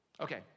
Okay